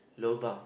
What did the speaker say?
lobang